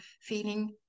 feeling